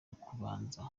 ukubanza